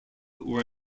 were